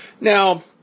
Now